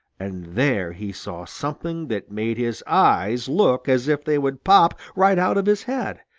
and there he saw something that made his eyes look as if they would pop right out of his head,